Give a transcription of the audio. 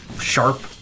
sharp